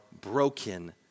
broken